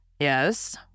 Yes